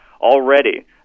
already